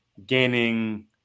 gaining